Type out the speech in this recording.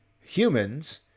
humans